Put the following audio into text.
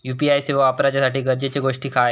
UPI सेवा वापराच्यासाठी गरजेचे गोष्टी काय?